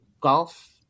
golf